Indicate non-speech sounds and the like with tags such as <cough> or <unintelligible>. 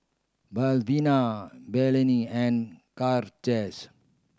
Malvina Blaine and <unintelligible>